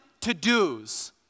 to-dos